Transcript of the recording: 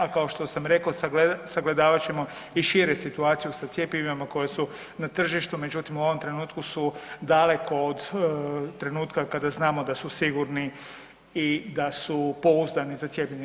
A kao što sam rekao sagledavat ćemo i šire situaciju sa cjepivima koji su na tržištu, međutim u ovom trenutku su daleko od trenutka kada znamo da su sigurni i da su pouzdani za cijepljene.